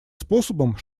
способом